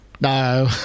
No